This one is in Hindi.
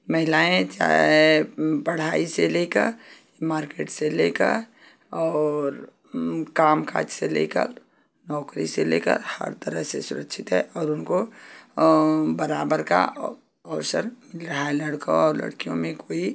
महिलाएँ चाहे पढ़ाई से लेकर मार्केट से लेकर और कामकाज से लेकर नौकरी से लेकर हर तरह से सुरक्षित हैं और उनको बराबर का अव अवसर मिल रहा है लड़का और लड़कियों में कोई